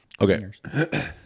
Okay